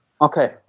Okay